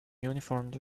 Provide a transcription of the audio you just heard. uniformed